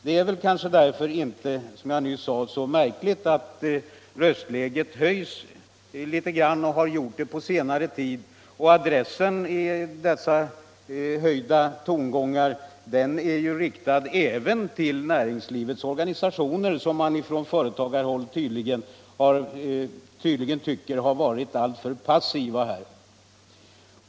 Det är kanske inte så märkligt att röstläget höjts litet grand på senare tid. Föremål för dessa kritiska röster är näringslivets organisationer, som man ifrån företagarhåll tydligen tycker har varit alltför passiva.